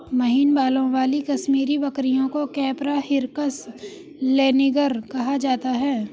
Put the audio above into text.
महीन बालों वाली कश्मीरी बकरियों को कैपरा हिरकस लैनिगर कहा जाता है